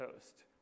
toast